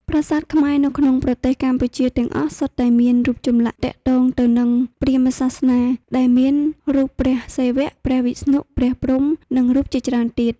ប្រាសាទខ្មែរនៅក្នុងប្រទេសកម្ពុជាទាំងអស់សុទ្ធតែមានរូចចម្លាក់ទាក់ទងទៅនិងព្រាហ្មណ៍សាសនាដែលមានរូប ព្រះសិវៈ ព្រះវិស្ណុ ព្រះព្រហ្មនិងរូបជាច្រើនទៀត